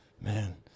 man